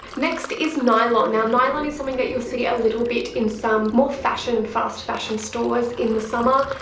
next is nylon. now nylon is something that you'll see a little bit in some more fashion and fast fashion stores in the summer.